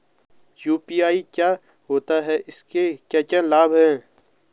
UPI क्या होता है इसके क्या क्या लाभ हैं?